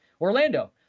Orlando